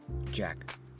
Jack